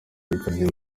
yitabye